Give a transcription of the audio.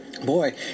boy